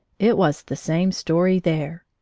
it was the same story there.